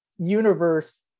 universe